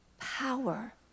power